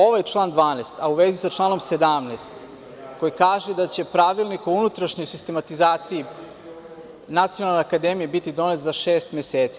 Ovo je član 12, a u vezi sa članom 17. koji kaže da će pravilnik o unutrašnjoj sistematizaciji Nacionalne akademije biti donet za šest meseci.